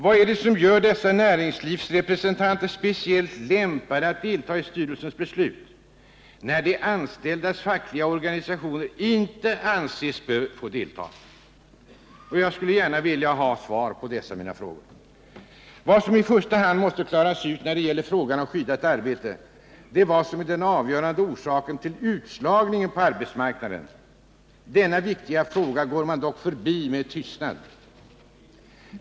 Vad är det som gör dessa näringslivsrepresentanter speciellt lämpade att delta i styrelsens beslut, när de anställdas fackliga organisationer inte anses bör få delta? Jag skulle gärna vilja ha svar på dessa mina frågor. Vad som i första hand måste klaras ut då det gäller frågan om skyddat arbete är vad som är den avgörande orsaken till utslagningen på arbetsmarknaden. Denna viktiga fråga går man dock förbi med tystnad.